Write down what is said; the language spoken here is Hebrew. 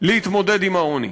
להתמודד עם העוני.